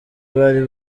bari